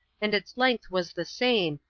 and its length was the same,